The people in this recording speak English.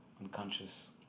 unconscious